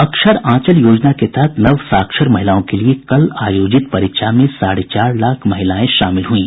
अक्षर आंचल योजना के तहत नव साक्षर महिलाओं के लिए कल आयोजित परीक्षा में साढ़े चार लाख महिलाएं शामिल हुईं